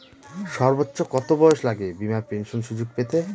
সর্বোচ্চ কত বয়স লাগে বীমার পেনশন সুযোগ পেতে?